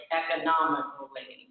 economically